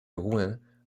rouen